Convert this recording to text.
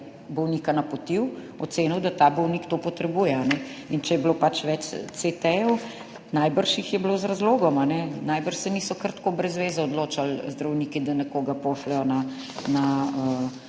bolnika napotil, ocenil, da ta bolnik to potrebuje. In če je bilo pač več CT-jev, jih je najbrž bilo z razlogom, najbrž se niso kar tako brez zveze odločali zdravniki, da nekoga pošljejo na,